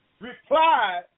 replied